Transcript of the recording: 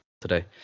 today